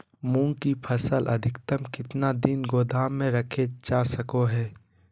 मूंग की फसल अधिकतम कितना दिन गोदाम में रखे जा सको हय?